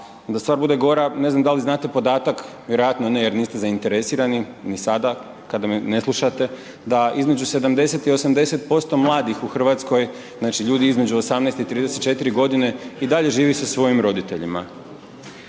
da stvar bude gora, ne znam da li znate podatak, vjerojatno ne jer niste zainteresirani, ni sada kada me ne slušate, da između 70 i 80% mladih u Hrvatskoj, znači ljudi između 18 i 34 godine i dalje živi sa svojim roditeljima.